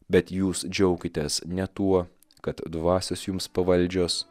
bet jūs džiaukitės ne tuo kad dvasios jums pavaldžios